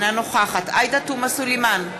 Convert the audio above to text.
אינה נוכחת עאידה תומא סלימאן,